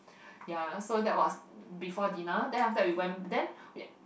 ya so that was before dinner then after that we went then